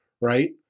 right